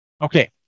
Okay